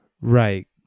Right